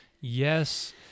yes